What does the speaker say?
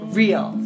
real